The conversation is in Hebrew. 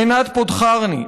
עינת פודחרני,